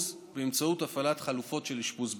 באמצעות הפעלת חלופות של אשפוז ביתי.